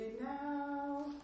now